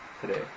today